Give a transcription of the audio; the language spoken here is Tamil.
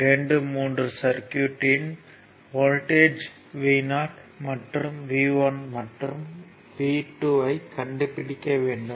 23 சர்க்யூட் யின் வோல்ட்டேஜ் Vo மற்றும் V1 மற்றும் V2 ஐ கண்டுப்பிடிக்க வேண்டும்